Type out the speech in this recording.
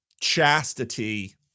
chastity